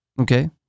okay